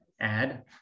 add